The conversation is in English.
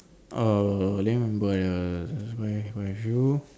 uh cannot remember lah